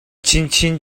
chinchin